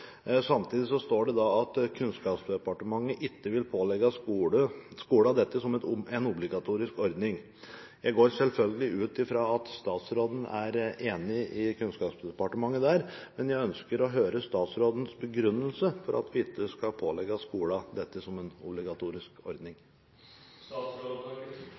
Samtidig står det at Kunnskapsdepartementet ikke vil pålegge skolen dette som en obligatorisk ordning. Jeg går selvfølgelig ut fra at statsråden er enig med Kunnskapsdepartementet, men jeg ønsker å høre statsrådens begrunnelse for at vi ikke skal pålegge skolen dette som en obligatorisk ordning.